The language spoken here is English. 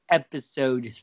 episode